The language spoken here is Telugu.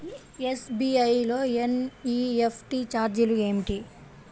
ఎస్.బీ.ఐ లో ఎన్.ఈ.ఎఫ్.టీ ఛార్జీలు ఏమిటి?